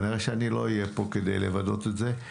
כנראה שאני לא אהיה פה כדי לוודא את זה.